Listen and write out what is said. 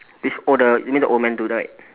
this oh the you need the old man dude right